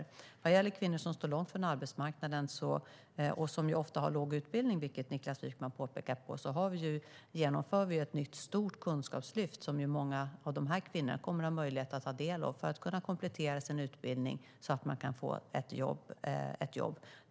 När det gäller kvinnor som står långt från arbetsmarknaden och som ofta har låg utbildning, vilket Niklas Wykman påpekar, genomför vi ett nytt stort kunskapslyft som många av dessa kvinnor kommer att ha möjlighet att ta del av för att kunna komplettera sin utbildning så att de kan få ett jobb.